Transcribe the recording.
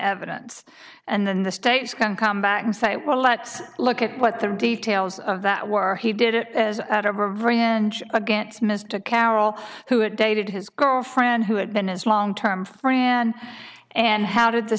evidence and then the states can come back and say well let's look at what the details of that were he did it as out of a branch against mr carroll who had dated his girlfriend who had been as long term fran and how did the